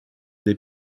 des